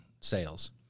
sales